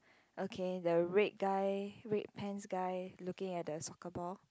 okay the red guy red pants guy looking at the soccer ball